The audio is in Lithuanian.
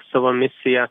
savo misiją